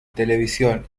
televisión